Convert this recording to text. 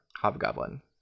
Hobgoblin